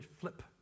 flip